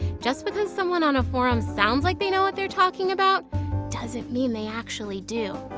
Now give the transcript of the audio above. just because someone on a forum sounds like they know what they're talking about doesn't mean they actually do.